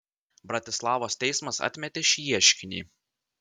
bratislavos teismas atmetė šį ieškinį